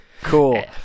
Cool